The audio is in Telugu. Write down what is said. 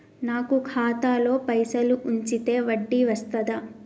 నాకు ఖాతాలో పైసలు ఉంచితే వడ్డీ వస్తదా?